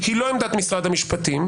היא לא עמדת משרד המשפטים.